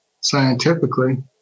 scientifically